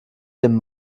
dem